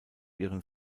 ihren